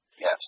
Yes